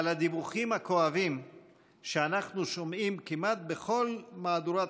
אבל הדיווחים הכואבים שאנחנו שומעים כמעט בכל מהדורת